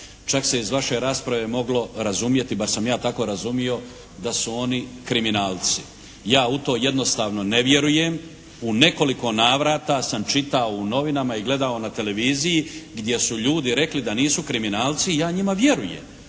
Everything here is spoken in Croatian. čak se iz vaše rasprave moglo razumjeti, bar sam ja tako razumio da su oni kriminalci. Ja u to jednostavno ne vjerujem. U nekoliko navrata sam čitao u novinama i gledao na televiziji gdje su ljudi rekli da nisu kriminalci i ja njima vjerujem.